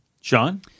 Sean